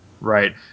right